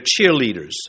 cheerleaders